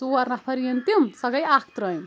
ژور نفر یِن تِم سۄ گٔیے اکھ ترٲمۍ